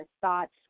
thoughts